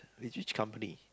which which company